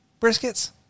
briskets